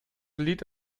lied